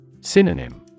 Synonym